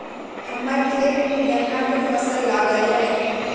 हम्मर खेत में गन्ना के फसल लगल हई